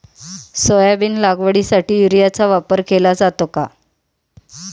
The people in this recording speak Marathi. सोयाबीन लागवडीसाठी युरियाचा वापर केला जातो का?